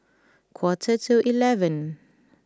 quarter to eleven